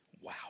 Wow